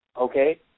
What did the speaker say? okay